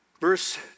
Verse